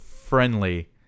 friendly